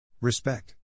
Respect